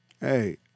Hey